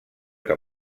que